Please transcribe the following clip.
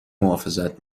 محافظت